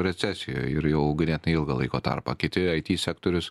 recesijoj ir jau ganėtinai ilgą laiko tarpą kiti it sektorius